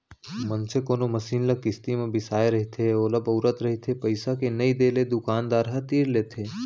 मनसे कोनो मसीन ल किस्ती म बिसाय रहिथे ओला बउरत रहिथे पइसा के नइ देले दुकानदार ह तीर लेथे